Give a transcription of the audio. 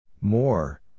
More